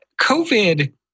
COVID